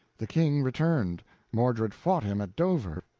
the king returned mordred fought him at dover,